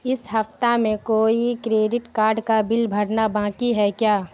اس ہفتہ میں کوئی کریڈٹ کاڈ کا بل بھرنا باقی ہے کیا